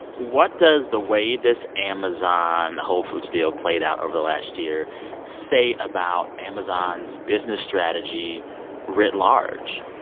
what does the way this amazon-whole foods deal played out over the last year say about amazon's business strategy writ large?